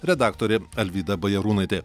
redaktorė alvyda bajarūnaitė